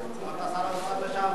אמרת שר האוצר לשעבר.